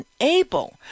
unable